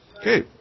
Okay